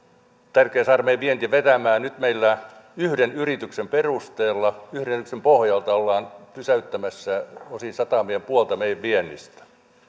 tärkeää saada meidän vienti vetämään ja nyt meillä yhden yrityksen perusteella yhden yrityksen pohjalta ollaan pysäyttämässä osin satamia ja puolta meidän viennistä